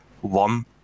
one